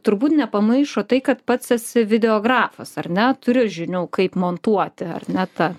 turbūt nepamaišo tai kad pats esi videografas ar ne turi žinių kaip montuoti ar ne tą